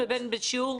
בצילום?